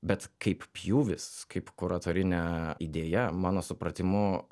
bet kaip pjūvis kaip kuratorinė idėja mano supratimu